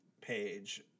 page